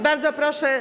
Bardzo proszę.